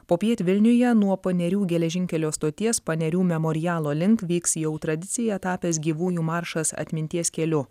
popiet vilniuje nuo panerių geležinkelio stoties panerių memorialo link vyks jau tradicija tapęs gyvųjų maršas atminties keliu